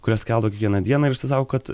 kurias keldo kiekvieną dieną ir sako kad